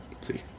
See